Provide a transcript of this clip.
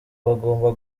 bagomba